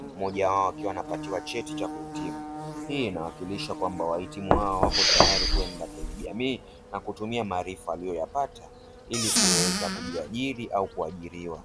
mmoja wao akiwa anapatiwa cheti cha kuhitimu. Hii inawakilisha kuwa wahitimu hawa wapo tayari kwenda kwenye jamii na kutumia maarifa waliyoyapata ili kuweza kujiajiri au kuajiriwa.